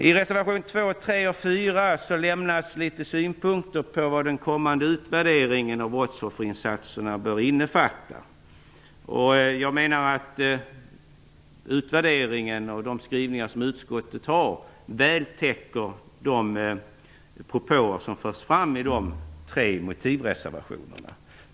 I reservationerna 2, 3 och 4 lämnas några synpunkter på vad den kommande utvärderingen av brottsofferinsatserna bör innefatta. Jag menar att utvärderingen och de skrivningar som utskottet gjort väl täcker de propåer som förs fram i de tre motivreservationerna.